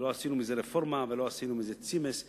ולא עשינו מזה רפורמה ולא עשינו מזה צימעס.